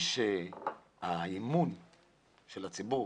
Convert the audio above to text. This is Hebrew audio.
האמון של הציבור